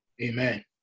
Amen